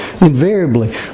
invariably